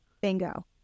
Bingo